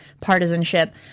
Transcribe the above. partisanship